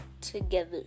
together